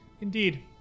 Indeed